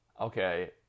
okay